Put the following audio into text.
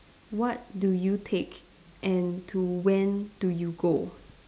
what do you take and to when do you go